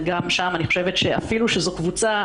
וגם שם אני חושבת שאפילו שזו קבוצה,